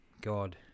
God